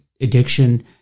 addiction